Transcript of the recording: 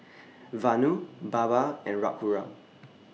Vanu Baba and Raghuram